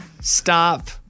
stop